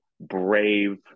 brave